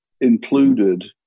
included